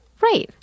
right